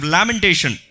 Lamentation